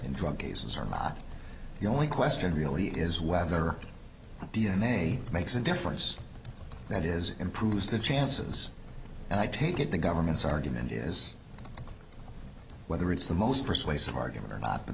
in drug cases or not the only question really is whether d n a makes a difference that is improves the chances and i take it the government's argument is whether it's the most persuasive argument or not but